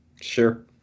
Sure